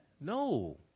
No